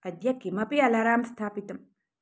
अद्य किमपि अलारां स्थापितं